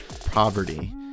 poverty